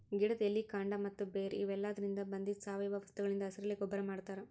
ಗಿಡದ್ ಎಲಿ ಕಾಂಡ ಮತ್ತ್ ಬೇರ್ ಇವೆಲಾದ್ರಿನ್ದ ಬಂದಿದ್ ಸಾವಯವ ವಸ್ತುಗಳಿಂದ್ ಹಸಿರೆಲೆ ಗೊಬ್ಬರ್ ಮಾಡ್ತಾರ್